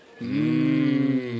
Mmm